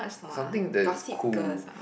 something that is cool